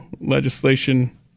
legislation